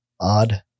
odd